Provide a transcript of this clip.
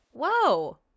Whoa